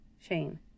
Shane